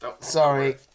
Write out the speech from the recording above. Sorry